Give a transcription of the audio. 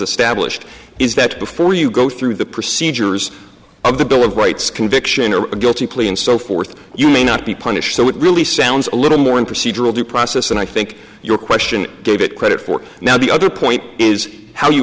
a stablished is that before you go through the procedures of the bill of rights conviction or a guilty plea and so forth you may not be punished so it really sounds a little more in procedural due process and i think your question gave it credit for now the other point is how you